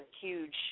huge